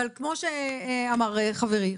אבל כמו שאמר חברי,